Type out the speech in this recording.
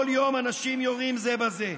כל יום אנשים יורים זה בזה.